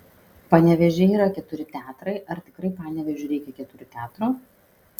panevėžyje yra keturi teatrai ar tikrai panevėžiui reikia keturių teatrų